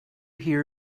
hear